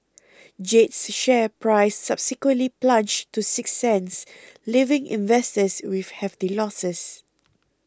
Jade's share price subsequently plunged to six cents leaving investors with hefty losses